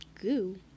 Goo